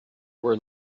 were